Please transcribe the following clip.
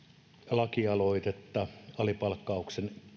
lakialoitetta alipalkkauksen